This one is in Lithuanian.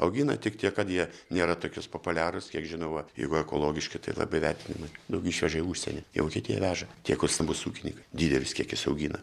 augina tik tiek kad jie nėra tokis populiarūs kiek žinau va jeigu ekologiški tai labai vertinami daug išveža į užsienį į vokietiją veža tie kur stambūs ūkininkai didelis kiekis augina